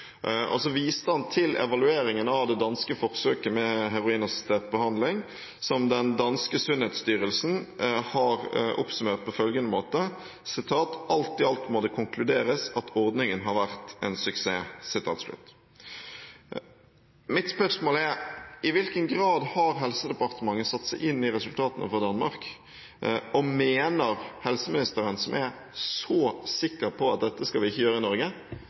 Så viste han til evalueringen av det danske forsøket med heroinassistert behandling, som danske Sundhedsstyrelsen har oppsummert på følgende måte: «Alt i alt må det konkluderes at ordningen har været en succes Mine spørsmål er: I hvilken grad har Helsedepartementet satt seg inn i resultatene fra Danmark? Og: Mener helseministeren, som er så sikker på at dette skal vi ikke gjøre i Norge,